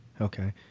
Okay